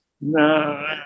no